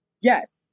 Yes